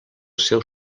seu